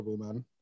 man